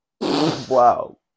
Wow